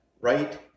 Right